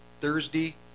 Thursday